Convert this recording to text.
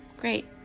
Great